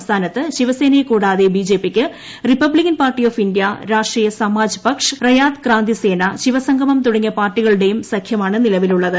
സംസ്ഥാനത്ത് ശിവസേനയെ കൂടാതെ ബിജെപിക്ക് Republican Party of India Rashtriya Samaj Paksh Rayat Krantisena Shivsangram തുടങ്ങിയ പാർട്ടികളുടെയും സ്രഖ്യമാണ് നിലവിലുള്ളത്